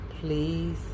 Please